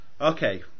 Okay